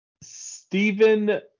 Stephen